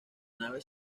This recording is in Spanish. nave